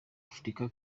afurika